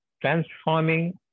transforming